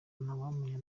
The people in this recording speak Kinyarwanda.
ntawamenya